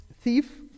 Thief